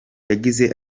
yagize